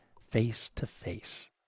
face-to-face